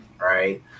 right